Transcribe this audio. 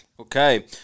Okay